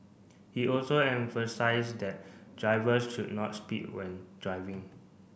he also emphasised that drivers should not speed when driving